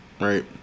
Right